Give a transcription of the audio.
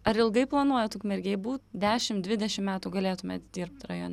ar ilgai planuojat ukmergėj būt dešim dvidešim metų galėtumėt dirbt rajon